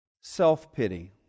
self-pity